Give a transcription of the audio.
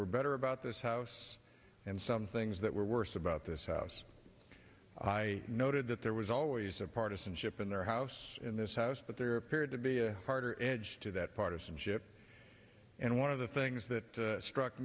were better about this house and some things that were worse about this house i noted that there was always a partisanship in their house in this house but there appeared to be a harder edge to that partisanship and one of the things that struck